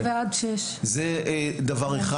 זה דבר אחד.